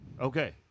Okay